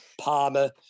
Palmer